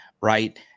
right